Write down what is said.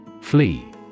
Flee